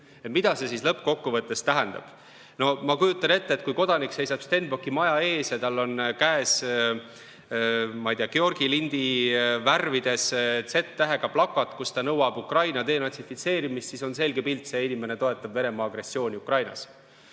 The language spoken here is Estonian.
Mida see lõppkokkuvõttes tähendab? No ma kujutan ette, et kui kodanik seisab Stenbocki maja ees ja tal on käes, ma ei tea, Georgi lindi värvides Z-tähega plakat, millega ta nõuab Ukraina denatsifitseerimist, siis on selge pilt: see inimene toetab Venemaa agressiooni Ukrainas.